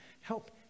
help